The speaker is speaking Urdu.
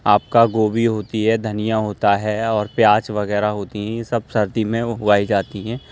آپ کا گوبھی ہوتی ہے دھنیا ہوتا ہے اور پیاز وغیرہ ہوتی ہیں یہ سب سردی میں اگائی جاتی ہیں